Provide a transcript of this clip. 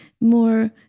more